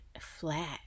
flat